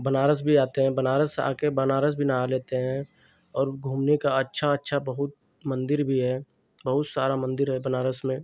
बनारस भी आते हैं बनारस आ कर बनारस भी नहा लेते हैं और घूमने का अच्छा अच्छा बहुत मंदिर भी है बहुत सारा मंदिर है बनारस में